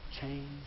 change